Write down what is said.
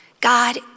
God